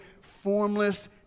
formless